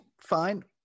fine